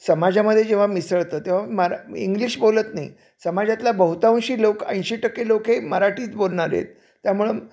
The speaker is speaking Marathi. समाजामध्ये जेव्हा मिसळतं तेव्हा मरा इंग्लिश बोलत नाही समाजातला बहुतांशी लोक ऐंशी टक्के लोक हे मराठीच बोलणारे आहेत त्यामुळं